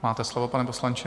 Máte slovo, pane poslanče.